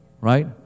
Right